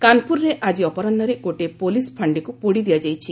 କାନପୁରରେ ଆଜି ଅପରାହୁରେ ଗୋଟିଏ ପୁଲିସ୍ ଫାଣ୍ଡିକୁ ପୋଡ଼ି ଦିଆଯାଇଛି